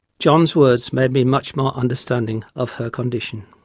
john's words made me much more understanding of her condition.